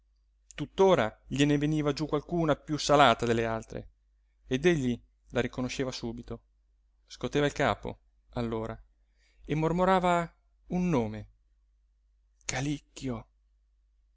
tuttora gliene veniva giú qualcuna piú salata delle altre ed egli la riconosceva subito scoteva il capo allora e mormorava un nome calicchio